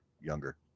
younger